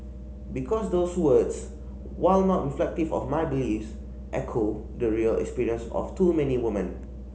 because those words while not reflective of my beliefs echo the real experience of too many woman